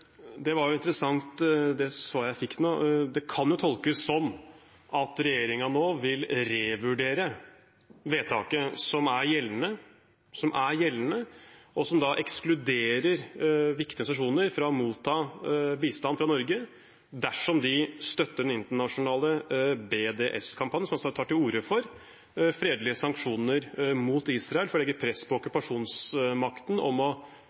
Det var et interessant svar jeg fikk nå. Det kan tolkes sånn at regjeringen nå vil revurdere vedtaket som er gjeldende, som ekskluderer viktige organisasjoner fra å motta bistand fra Norge dersom de støtter den internasjonale BDS-kampanjen, som tar til orde for fredelige sanksjoner mot Israel for å legge press på okkupasjonsmakten om å